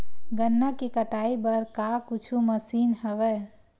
गन्ना के कटाई बर का कुछु मशीन हवय?